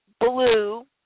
blue